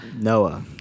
Noah